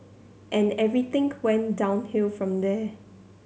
and everything went downhill from there